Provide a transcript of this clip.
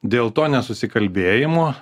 dėl to nesusikalbėjimo